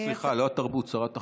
סליחה, לא התרבות, שרת החינוך.